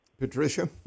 Patricia